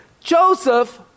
Joseph